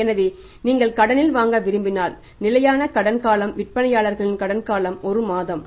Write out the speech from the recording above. எனவே நீங்கள் கடனில் வாங்க விரும்பினால் நிலையான கடன் காலம் விற்பனையாளர்களின் கடன் காலம் ஒரு மாதம்